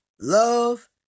love